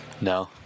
No